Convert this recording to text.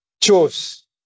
chose